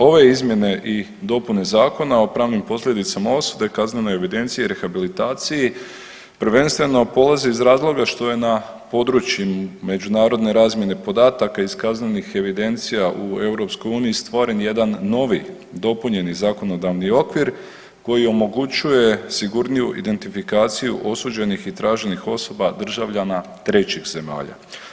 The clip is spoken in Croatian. Ove izmjene i dopune Zakona o pravnim posljedicama osude, kaznenoj evidenciji i rehabilitaciji prvenstveno polazi iz razloga što je na području međunarodne razmjene podataka iz kaznenih evidencija u EU stvoren jedan novi dopunjeni zakonodavni okvir koji omogućuje sigurniju identifikaciju osuđenih i traženih osoba državljana trećih zemalja.